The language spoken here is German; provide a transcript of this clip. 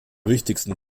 wichtigsten